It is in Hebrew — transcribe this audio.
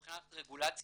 שמבחינת רגולציה